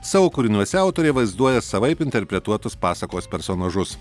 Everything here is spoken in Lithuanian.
savo kūriniuose autorė vaizduoja savaip interpretuotus pasakos personažus